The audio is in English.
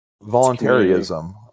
Voluntarism